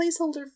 placeholder